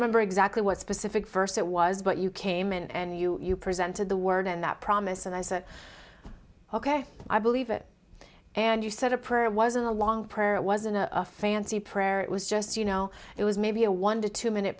remember exactly what specific verse it was but you came in and you presented the word and that promise and i said ok i believe it and you said a prayer it wasn't a long prayer it wasn't a fancy prayer it was just you know it was maybe a one to two minute